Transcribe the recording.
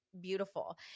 beautiful